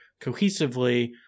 cohesively